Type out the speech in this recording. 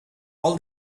all